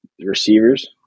receivers